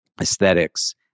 aesthetics